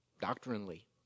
doctrinally